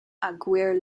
aguirre